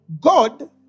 God